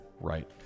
right